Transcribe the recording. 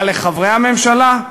אבל לחברי הממשלה,